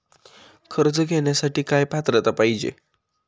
कर्ज घेण्यासाठी काय पात्रता पाहिजे?